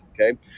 Okay